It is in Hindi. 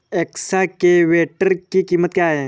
एक्सकेवेटर की कीमत क्या है?